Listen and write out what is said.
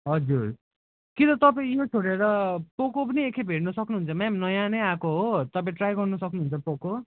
हजुर किन तपाईँ यो छोडेर पोको पनि एकखेप हेर्न सक्नुहुन्छ म्याम नयाँ नै आएको हो तपाईँ ट्राई गर्न सक्नुहुन्छ पोको